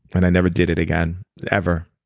and i never did it again ever